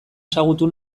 ezagutu